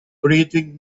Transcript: breeding